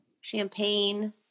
champagne